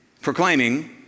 proclaiming